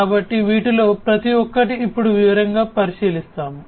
కాబట్టి వీటిలో ప్రతి ఒక్కటి ఇప్పుడు వివరంగా పరిశీలిస్తాము